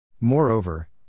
Moreover